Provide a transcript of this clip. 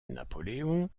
napoléon